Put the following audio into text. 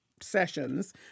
sessions